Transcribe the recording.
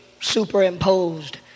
superimposed